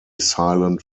silent